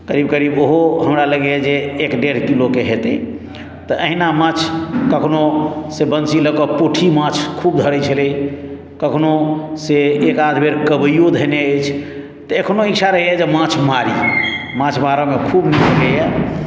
करीब करीब ओहो हमरा लगैए जे एक डेढ किलोके हेतै तऽ अहिना माछ कखनो से बंशी लऽ कऽ पोठी माछ खूब धरैत छलै कखनो से एक आध बेर कबइयो धेने अछि तऽ एखनो इच्छा रहैए जे माछ मारी माछ मारय मे खूब मोन लगैए